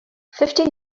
fifty